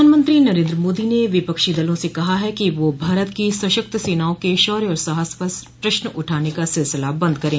प्रधानमंत्री नरेन्द्र मोदी ने विपक्षी दलों से कहा है कि वह भारत की सशक्त सेनाओं के शौर्य और साहस पर प्रश्न उठाने का सिलसिला बन्द करें